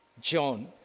John